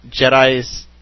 Jedis